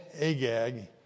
Agag